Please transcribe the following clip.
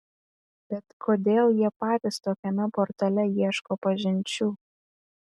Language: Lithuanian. bet kodėl jie patys tokiame portale ieško pažinčių